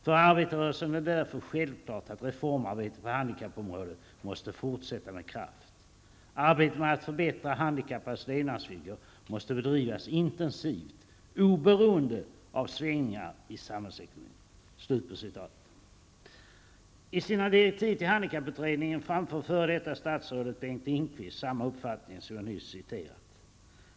För arbetarrörelsen är det därför självklart att reformarbetet på handikappområdet måste fortsätta med kraft. Arbetet med att förbättra handikappades levnadsvillkor måste bedrivas intensivt, oberoende av svängningar i samhällsekonomin.'' I sina direktiv till handikapputredningen framför f.d. statsrådet Bengt Lindqvist samma uppfattning som jag nyss har återgett.